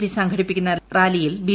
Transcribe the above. P സംഘടിപ്പിക്കുന്ന റാലിയിൽ B